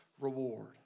reward